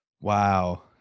Wow